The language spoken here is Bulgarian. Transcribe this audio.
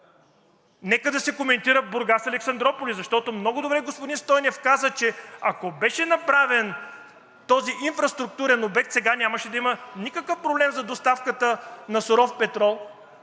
Нека да се коментира Бургас – Александруполис, защото много добре господин Стойнев каза, че ако беше направен този инфраструктурен обект, сега нямаше да има никакъв проблем за доставката на суров петрол